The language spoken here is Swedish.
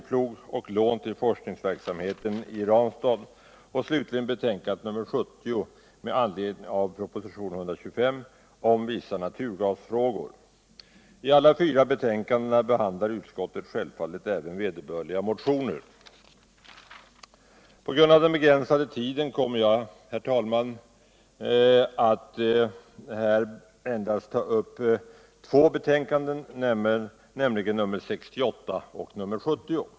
På grund av den begränsade tiden kommer jag. herr talman, att här endast ta upp två betänkanden, nämligen nr 68 och nr 70.